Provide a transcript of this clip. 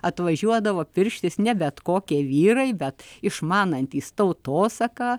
atvažiuodavo pirštis ne bet kokie vyrai bet išmanantys tautosaką